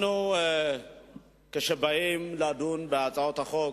כשאנחנו באים לדון בהצעות החוק,